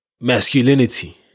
masculinity